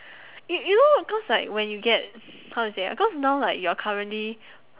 you you know cause like when you get how to say ah cause now like you're currently